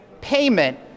payment